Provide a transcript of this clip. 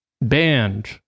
banned